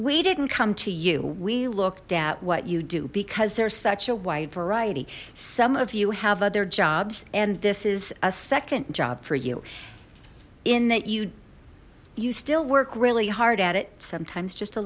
we didn't come to you we looked at what you do because there's such a wide variety some of you have other jobs and this is a second job for you in that you you still work really hard at it sometimes just a